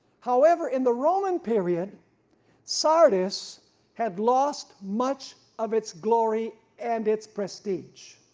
however in the roman period sardis had lost much of its glory and its prestige,